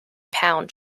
pound